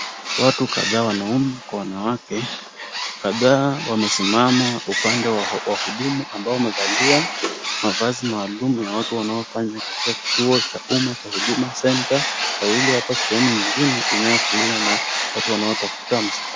Watu kadha wanaume kwa wanawake kadha wamesimama upande wa wahudumu ambao wamevalia mavazi maalum ya watu wanaofanya kituo cha umma cha Huduma Center, wawili wapo sehemu nyingine inayojuliwa na watu ambao wanatafuta msaada.